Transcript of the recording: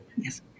Yes